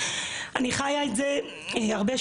אני חיה את זה הרבה שנים.